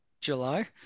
July